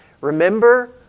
remember